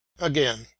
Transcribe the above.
again